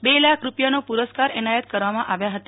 બે લાખનો પુરસ્કાર એનાયત કરવામાં આવ્યા હતા